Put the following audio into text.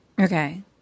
Okay